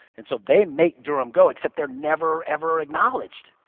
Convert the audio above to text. and so they make durham go. except they are never, ever acknowledged.